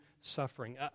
suffering